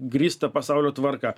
grįstą pasaulio tvarką